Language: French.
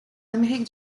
amérique